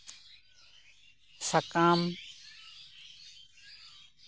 ᱥᱟᱠᱟᱢ